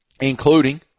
including